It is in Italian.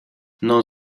non